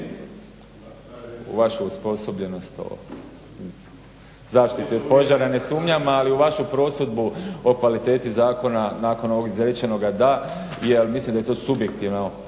Uz vašu osposobljenost zaštitu od požara ne sumnjam, ali u vašu prosudbu o kvaliteti zakona nakon ovog izrečenoga da, jer mislim da je to subjektivno